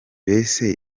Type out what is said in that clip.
mbese